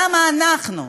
למה אנחנו,